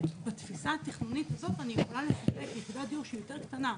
בתפיסה התכנונית הזאת אני יכולה לספק שהיא יותר קטנה,